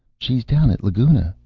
she's down at laguna,